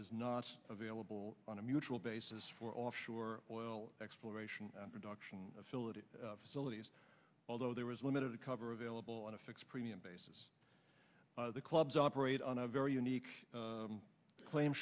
is not available on a mutual basis for offshore oil exploration and production facility facilities although there is limited to cover available on a fixed premium basis the clubs operate on a very unique claim